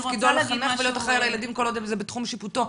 החינוך תפקידו לחנך ולהיות אחראי על הילדים כל עוד זה בתחום שיפוטו.